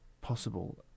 possible